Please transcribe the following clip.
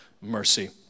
mercy